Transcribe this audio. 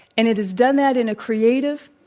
and it has done that in a creative,